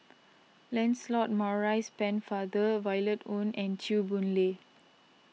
Lancelot Maurice Pennefather Violet Oon and Chew Boon Lay